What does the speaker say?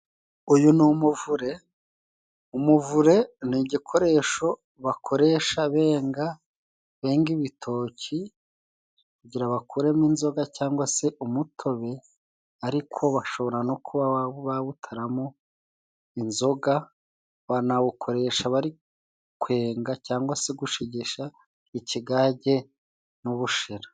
Uyu ni umuvure, umuvure ni igikoresho bakoresha benga benga ibitoki kugira bakuremo inzoga cyangwa se umutobe, ariko bashobora no kuba bawutaramo inzoga. Banawukoresha bari kwenga cangwa se gushigisha ikigage n'ubushera.